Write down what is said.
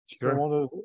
sure